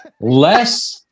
Less